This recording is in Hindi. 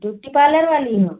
ब्यूटी पार्लर वाली हो